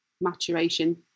maturation